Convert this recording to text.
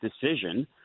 decision